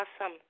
Awesome